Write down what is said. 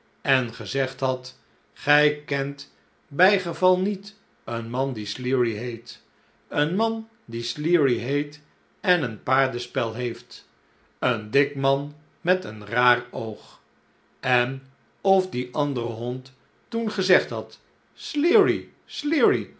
en gezegd had gij kent bijgeval niet een man die sleary heet een man die sleary heet en een paardenspel heeft een dik man met een raaroog en of die andere hond toen gezegd had sleary sleary